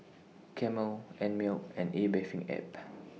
Camel Einmilk and A Bathing Ape